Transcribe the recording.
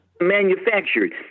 manufactured